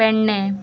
Pernem